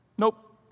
nope